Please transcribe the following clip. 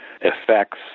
effects